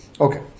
Okay